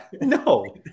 No